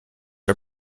are